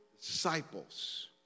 disciples